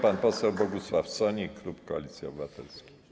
Pan poseł Bogusław Sonik, klub Koalicji Obywatelskiej.